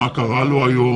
מה קרה לו היום?